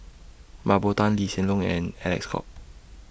Mah Bow Tan Lee Hsien Loong and Alec Kuok